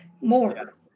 more